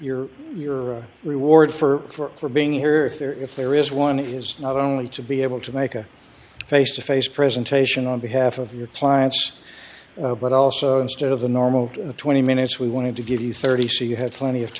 you're your reward for being here if there if there is one is not only to be able to make a face to face presentation on behalf of your clients but also instead of the normal twenty minutes we wanted to give you thirty she had plenty of